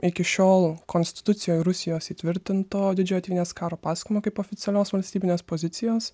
iki šiol konstitucijoj rusijos įtvirtinto didžiojo tėvynės karo pasakojimo kaip oficialios valstybinės pozicijos